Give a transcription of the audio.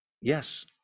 Yes